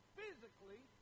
physically